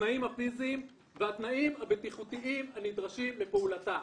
התנאים הפיזיים והתנאים הבטיחותיים הנדרשים לפעולתה.